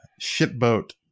Shipboat